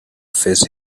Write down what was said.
face